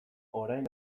orain